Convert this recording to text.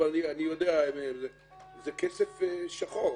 זה כסף שחור,